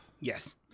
Yes